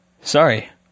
sorry